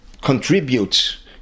contributes